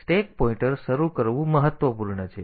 તેથી stack pointer શરૂ કરવું મહત્વપૂર્ણ છે